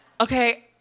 okay